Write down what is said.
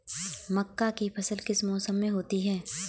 मक्का की फसल किस मौसम में होती है?